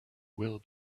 will